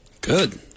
Good